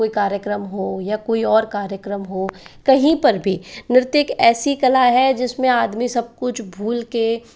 कोई कार्यक्रम हो या कोई और कार्यक्रम हो कहीं पर भी नृत्य ऐसी कला है जिस में आदमी सब कुछ भूल कर